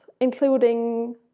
including